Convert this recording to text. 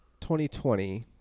2020